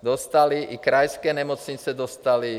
Dostaly i krajské nemocnice, dostaly.